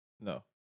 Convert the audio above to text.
No